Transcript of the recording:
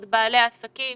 את בעלי העסקים